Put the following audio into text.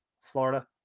Florida